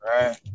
right